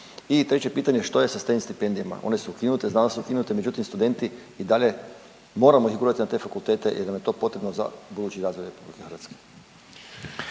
I treće pitanje što je sa STEM stipendijama, one su ukinute, znam da su ukinute međutim studenti i dalje, moramo ih gurati na te fakultete jer nam je to potrebno za budući razvoj Hrvatske.